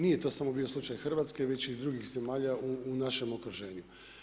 Nije to bio samo slučaj Hrvatske, već i drugih zemalja u našem okruženju.